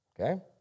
Okay